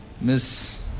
Miss